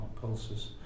pulses